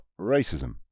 racism